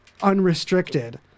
unrestricted